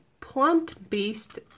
plant-based